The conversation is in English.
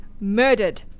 murdered